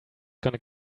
gonna